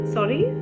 Sorry